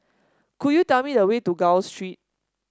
could you tell me the way to Gul Street